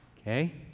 Okay